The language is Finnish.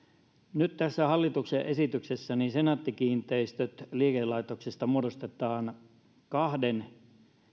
nyt tässä hallituksen esityksessä senaatti kiinteistöt liikelaitoksesta muodostetaan kahden